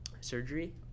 surgery